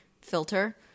filter